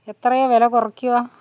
എത്രയാണ് വില കുറയ്ക്കുക